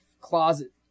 closet